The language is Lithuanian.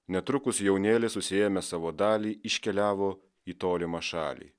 netrukus jaunėlis susiėmęs savo dalį iškeliavo į tolimą šalį